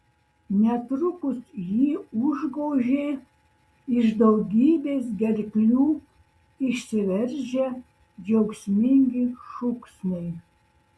netrukus jį užgožė iš daugybės gerklių išsiveržę džiaugsmingi šūksniai